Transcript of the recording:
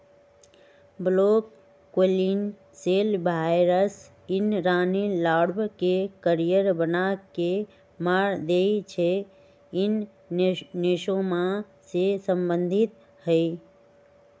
black queen cell virus इ रानी larva के करिया बना के मार देइ छइ इ नेसोमा से सम्बन्धित हइ